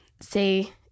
say